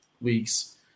weeks